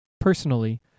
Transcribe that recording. Personally